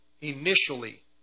initially